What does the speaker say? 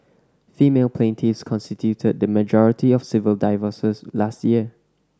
female plaintiffs constituted the majority of civil divorces last year